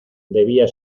debía